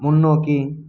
முன்னோக்கி